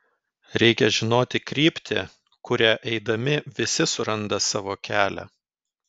reikia žinoti kryptį kuria eidami visi suranda savo kelią